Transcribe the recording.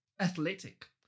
Athletic